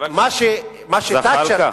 למה שתאצ'ר עשתה.